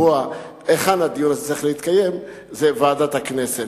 חושב שמי שצריך לקבוע היכן הדיון הזה יתקיים הוא ועדת הכנסת.